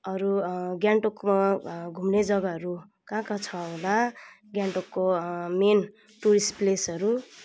अरू गान्तोकमा घुम्ने जग्गाहरू कहाँ कहाँ छ होला गान्तोकको मेन टुरिस्ट प्लेसहरू